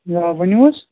آ ؤنِو حظ